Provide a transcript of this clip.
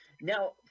Now